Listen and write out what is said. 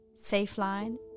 Safeline